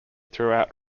throughout